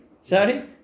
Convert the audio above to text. sorry